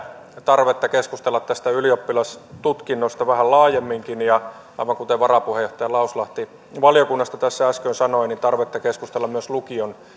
tarvetta keskustella tästä ylioppilastutkinnosta vähän laajemminkin aivan kuten varapuheenjohtaja lauslahti valiokunnasta tässä äsken sanoi on tarvetta keskustella myös lukion